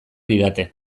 didate